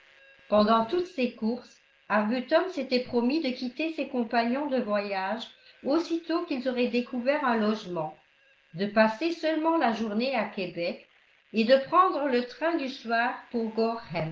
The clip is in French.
pendant toutes ces courses arbuton s'était promis de quitter ses compagnons de voyage aussitôt qu'ils auraient découvert un logement de passer seulement la journée à québec et de prendre le train du soir pour